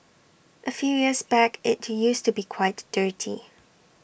A few years back IT used to be quite dirty